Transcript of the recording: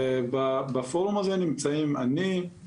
בפורום הזה נמצאים אני,